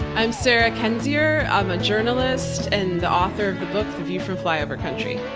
i'm sarah kendzior. i'm a journalist and the author of the book the view from flyover country.